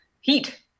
heat